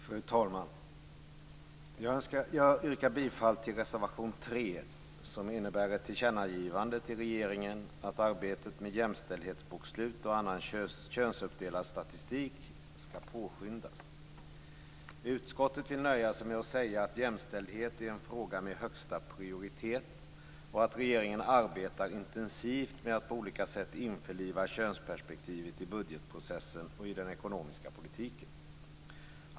Fru talman! Jag yrkar bifall till reservation 3, som innebär ett tillkännagivande till regeringen att arbetet med jämställdhetsbokslut och annan könsuppdelad statistik ska påskyndas. Utskottet vill nöja sig med att säga att jämställdhet är en fråga med högsta prioritet och att regeringen arbetar intensivt med att på olika sätt införliva könsperspektivet i budgetprocessen och i den ekonomiska politiken.